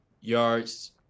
yards